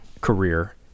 career